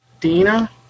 Dina